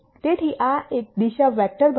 તેથી આ એક દિશા વેક્ટર બનશે